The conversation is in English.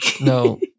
No